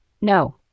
No